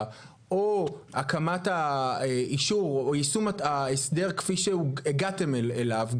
או הקמת האישור או יישום ההסדר כפי שהגעתם אליו,